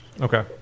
Okay